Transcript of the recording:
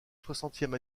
soixantième